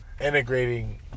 Integrating